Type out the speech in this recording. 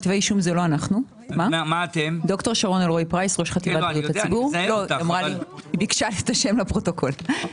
הצוות שאתה מדבר עליו מתחיל לפעול היום,